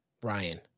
Brian